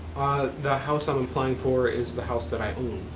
the house i'm applying for is the house that i own.